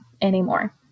anymore